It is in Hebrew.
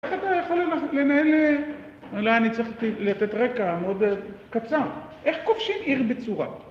איך אתה יכול לנהל, אולי אני צריך לתת רקע מאוד קצר, איך כובשים עיר בצורה?